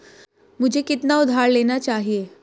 मुझे कितना उधार लेना चाहिए?